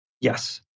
Yes